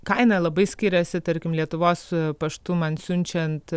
kaina labai skiriasi tarkim lietuvos paštu man siunčiant